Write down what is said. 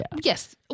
Yes